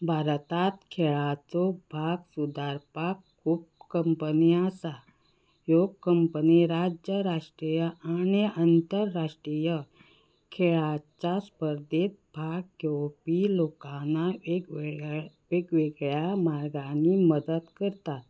भारतांत खेळाचो भाग सुदारपाक खूब कंपनी आसा ह्यो कंपनी राज्य राष्ट्रीय आनी अंतरराष्ट्रीय खेळाच्या स्पर्धेंत भाग घेवपी लोकांना वेगवेगळ्या वेगवेगळ्या मार्गांनी मदत करतात